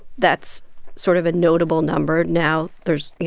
that's sort of a notable number now, there's, you